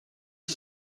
die